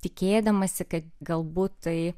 tikėdamasi kad galbūt tai